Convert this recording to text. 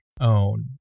own